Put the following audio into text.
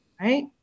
Right